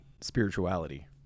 spirituality